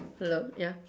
hello ya